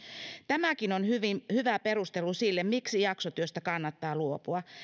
tämäkin on hyvä perustelu sille miksi jaksotyöstä kannattaa luopua